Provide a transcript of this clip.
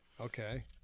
Okay